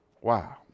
wow